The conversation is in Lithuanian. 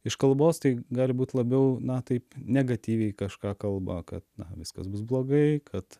iš kalbos tai gali būt labiau na taip negatyviai kažką kalba kad na viskas bus blogai kad